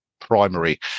primary